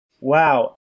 Wow